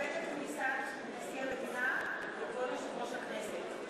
וכבוד יושב-ראש הכנסת.